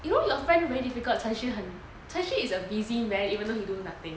you know you friend really difficult cheng xun is a busy man even though he do nothing